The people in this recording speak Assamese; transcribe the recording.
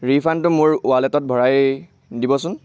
ৰিফাণ্ডটো মোৰ ৱালেটত ভৰাই দিবচোন